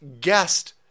guessed